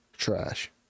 trash